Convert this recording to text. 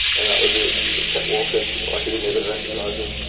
and that was it. just kept walking. like he didn't even recognise me.